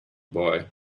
boy